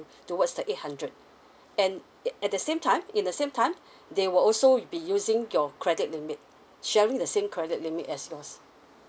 towards the eight hundred and at at the same time in the same time they will also be using your credit limit sharing the same credit limit as yours